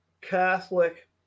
Catholic